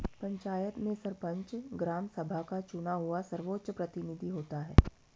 पंचायत में सरपंच, ग्राम सभा का चुना हुआ सर्वोच्च प्रतिनिधि होता है